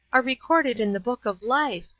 are recorded in the book of life,